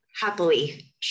happily